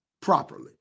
properly